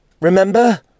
Remember